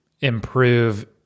improve